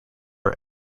are